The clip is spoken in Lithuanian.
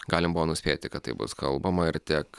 galima buvo nuspėti kad taip bus kalbama ir tiek